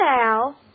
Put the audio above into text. Al